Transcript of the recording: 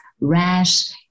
rash